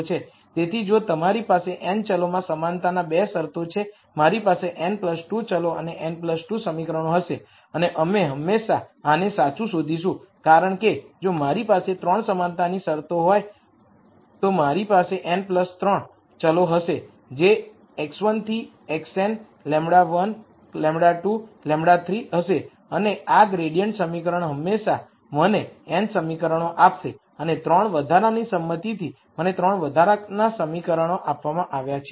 તેથી જો તમારી પાસે n ચલોમાં સમાનતાના 2 શરતો છે મારી પાસે n 2 ચલો અને n 2 સમીકરણો હશે અને અમે હંમેશાં આને સાચું શોધીશું કારણ કે જો મારી પાસે 3 સમાનતાની શરતો હોત મારી પાસે n 3 ચલો હશે જે x1 થી xn λ1 λ2 λ3 હશે અને આ ગ્રેડિઅન્ટ સમીકરણ હંમેશા મને n સમીકરણો આપશે અને 3 વધારાની સંમતિથી મને 3 વધારાના સમીકરણો આપવામાં આવ્યાં છે